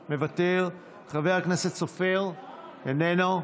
מוותר, חבר הכנסת סופר, איננו,